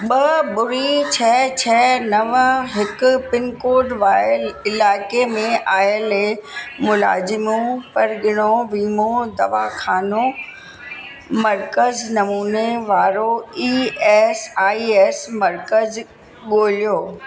ॿ ॿुड़ी छह छह नव हिकु पिनकोड वारे इलाइक़े में आयल मुलाज़िम परॻिणो वीमो दवाख़ानो मर्कज़ नमूने वारो ई एस आई एस मर्कज़ु ॻोल्हियो